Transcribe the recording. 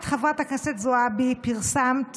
את, חברת הכנסת זועבי, פרסמת